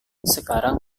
sekarang